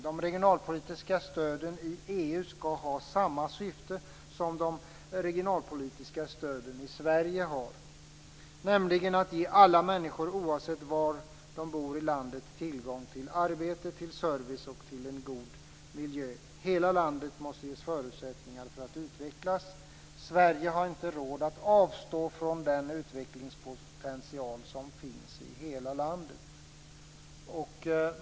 De regionalpolitiska stöden i EU skall ha samma syfte som de regionalpolitiska stöden i Sverige har, nämligen att ge alla människor, oavsett var i landet de bor, tillgång till arbete, service och en god miljö. Hela landet måste ges förutsättningar för att utvecklas. Sverige har inte råd att avstå från den utvecklingspotential som finns i hela landet.